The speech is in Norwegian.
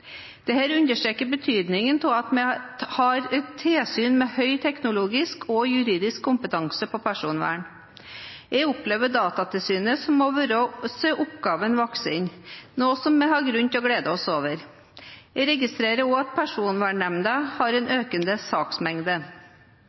understreker betydningen av at vi har et tilsyn med høy teknologisk og juridisk kompetanse på personvern. Jeg opplever Datatilsynet å være seg oppgaven voksen, noe vi har grunn til å glede oss over. Jeg registrerer også at Personvernnemda har en økende saksmengde.